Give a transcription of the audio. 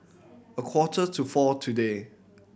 a quarters to four today